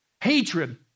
Hatred